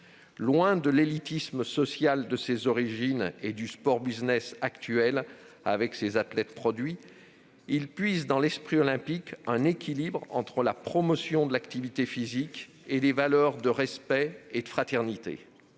Loin de l'élitisme social de ses origines et du « sport business » actuel avec ses « athlètes produits », il puise dans l'esprit olympique un équilibre entre la promotion de l'activité physique et les valeurs de respect et de fraternité.